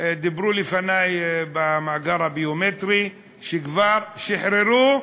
דיברו לפני על המאגר הביומטרי, שכבר שחררו,